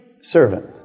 servant